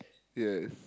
yes